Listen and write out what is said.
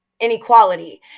Inequality